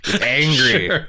Angry